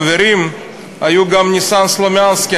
חברים היו גם ניסן סלומינסקי,